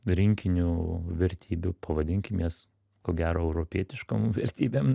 rinkiniu vertybių pavadinkim jas ko gero europietiškom vertybėm